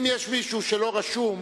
אם יש מישהו שלא רשום,